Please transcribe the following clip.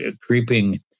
creeping